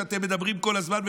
שעליו אתם מדברים כל הזמן.